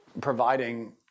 providing